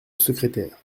secrétaire